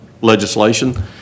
legislation